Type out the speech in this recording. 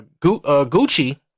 Gucci